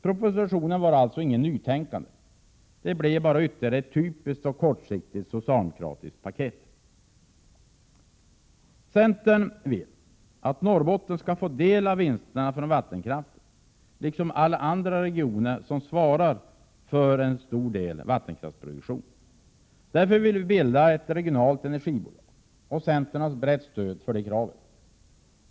Propositionen var alltså inget nytänkande. Den blev bara ytterligare ett typiskt och kortsiktigt socialdemokratiskt paket. Centern vill att Norrbotten skall få del av vinsterna från vattenkraften, liksom alla andra regioner som svarar för en stor del av vattenkraftsproduktionen. Därför vill vi bilda ett regionalt energibolag, och centern har brett stöd för det kravet.